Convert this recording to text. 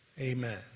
Amen